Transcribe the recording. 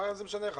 מה זה משנה לך?